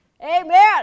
Amen